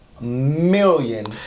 Million